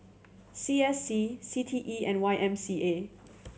C S C C T E and Y M C A